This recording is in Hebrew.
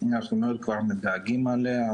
חסרה ואנחנו כבר מתגעגעים אליה,